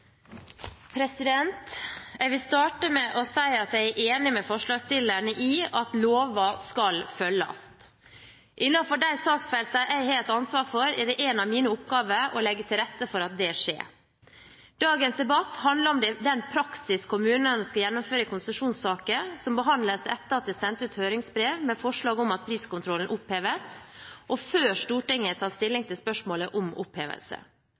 enig med forslagsstillerne i at lover skal følges. Innenfor de saksfeltene jeg har et ansvar for, er det en av mine oppgaver å legge til rette for at det skjer. Dagens debatt handler om den praksis kommunene skal gjennomføre i konsesjonssaker som behandles etter at det er sendt ut høringsbrev med forslag om at priskontrollen oppheves, og før Stortinget har tatt stilling til spørsmålet om opphevelse.